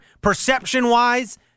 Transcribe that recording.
Perception-wise